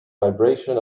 vibration